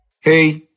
Hey